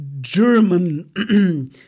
German